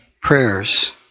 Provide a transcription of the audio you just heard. prayers